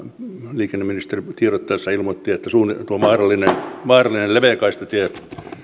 liikenneministeri tiedotteessa ilmoitti että tuo mahdollinen leveäkaistatien